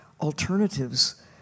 alternatives